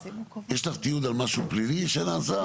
יש לך תיעוד על משהו פלילי שנעשה?